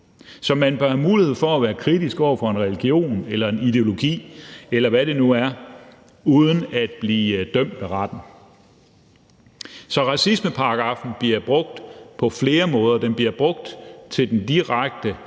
Så man bør have mulighed for at være kritisk over for en religion eller en ideologi, eller hvad det nu er, uden at blive dømt ved retten. Racismeparagraffen bliver brugt på flere måder. Den bliver brugt til den direkte mulighed